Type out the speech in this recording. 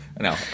No